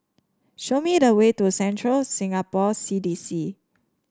show me the way to Central Singapore C D C